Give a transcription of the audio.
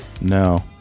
No